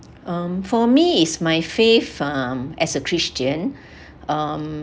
um for me is my faith um as a christian um